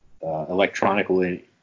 Electronically